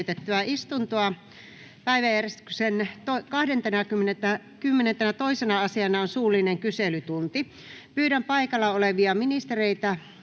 Päiväjärjestyksen 22. asiana on suullinen kyselytunti. Pyydän paikalla olevia ministereitä